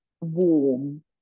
warm